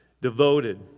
devoted